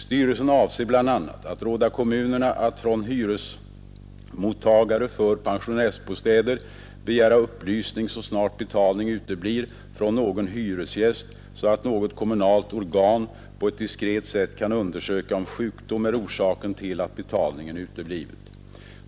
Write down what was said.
Styrelsen avser bl.a. att råda kommunerna att från hyresmottagare för pensionärsbostäder begära upplysning så snart betalning uteblir från någon hyresgäst så att något kommunalt organ på ett diskret sätt kan undersöka om sjukdom är orsaken till att betalningen uteblivit.